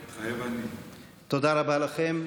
מתחייב אני תודה רבה לכם.